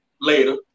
later